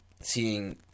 seeing